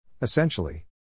Essentially